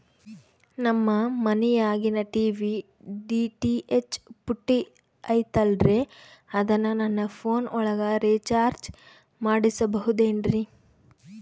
ನಮ್ಮ ಮನಿಯಾಗಿನ TV DTH ಪುಟ್ಟಿ ಐತಲ್ರೇ ಅದನ್ನ ನನ್ನ ಪೋನ್ ಒಳಗ ರೇಚಾರ್ಜ ಮಾಡಸಿಬಹುದೇನ್ರಿ?